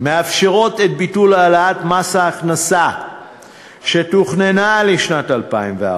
מאפשרת את ביטול העלאת מס ההכנסה שתוכננה לשנת 2014